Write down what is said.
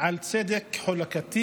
על צדק חלוקתי.